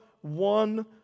one